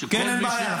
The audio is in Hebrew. כן, אין בעיה.